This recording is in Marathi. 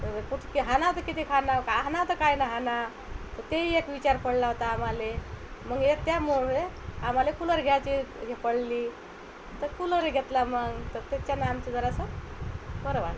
तर कुठं ते हाणावं तरी कितीक हाणावं काय हाणावं तर काय नं हाणा तर ते एक विचार पडला होता आम्हाले मग हे त्यामुळे आम्हाला कूलर घ्यायची हे पडली तर कूलर घेतला मग तर त्याच्यानं आमचं जरासं बरं वा